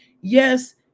Yes